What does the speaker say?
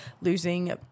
losing